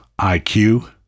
IQ